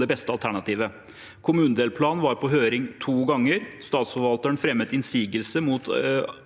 det beste alternativet. Kommunedelplanen var på høring to ganger. Statsforvalteren fremmet innsigelse mot